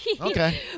Okay